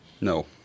No